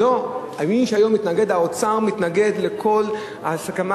האוצר מתנגד לכל הסכמה